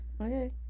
Okay